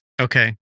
Okay